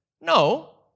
no